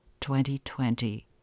2020